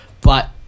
But-